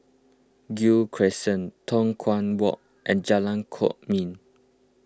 Gul Crescent Tua Kong Walk and Jalan Kwok Min